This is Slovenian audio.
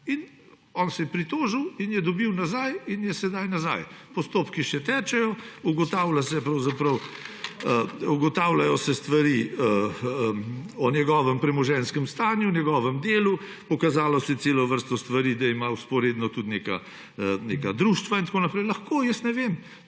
On se je pritožil in je dobil nazaj in je sedaj nazaj. Postopki še tečejo, ugotavljajo se stvari o njegovem premoženjskem stanju, njegovem delu, pokazala se je cela vrsta stvari, da ima vzporedno tudi neka društva in tako naprej. Lahko, jaz ne vem,